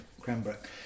Cranbrook